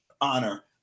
honor